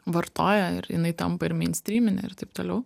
vartoja ir jinai tampa ir meinstryminė ir taip toliau